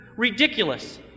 Ridiculous